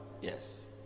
Yes